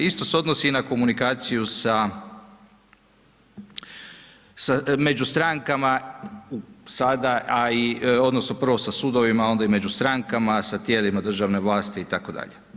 Isto se odnosi na komunikaciju među strankama sada, a i, odnosno prvo sa sudovima onda i među strankama, sa tijelima državne vlasti itd.